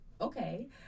okay